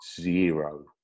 zero